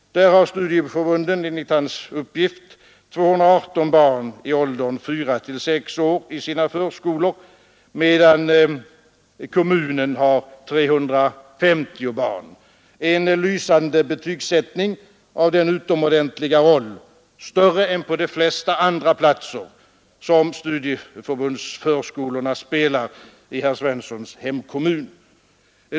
Där har studieförbunden enligt hans uppgift 218 barn i åldern 4—6 år i sina förskolor, medan kommunen har 350 barn. Det är en lysande betygsättning av den utomordentliga roll, större än på de flesta andra platser, som studieförbundens förskolor spelar i herr Svenssons hemkommun.